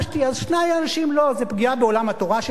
אז שני אנשים לא, זה פגיעה בעולם התורה שלנו,